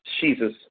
Jesus